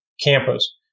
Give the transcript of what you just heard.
campus